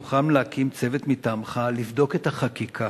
אם תוכל להקים צוות מטעמך לבדוק את החקיקה,